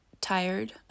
tired